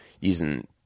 using